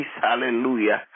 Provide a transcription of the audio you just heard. Hallelujah